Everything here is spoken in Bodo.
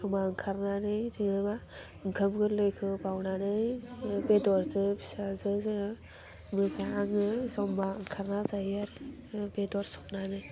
ज'मा ओंखारनानै जेनबा ओंखाम गोरलैखौ बाउनानै ओह बेदरजों फिसाजों जोङो मोजाङो ज'मा ओंखारना जायो आरो बेदर संनानै